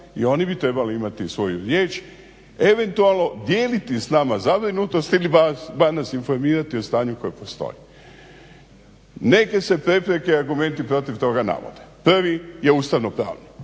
i oni bi trebali imati svoju riječ eventualno dijeliti s nama zabrinutost ili bar nas informirati o stanju koje postoji. Neke se prepreke i argumenti protiv toga navode. Prvi je ustavnopravni,